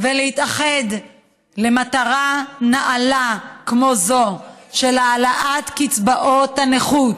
ולהתאחד למטרה נעלה כמו זו של העלאת קצבאות הנכות.